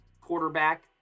quarterback